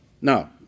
now